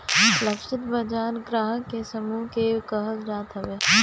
लक्षित बाजार ग्राहक के समूह के कहल जात हवे